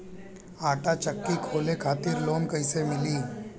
आटा चक्की खोले खातिर लोन कैसे मिली?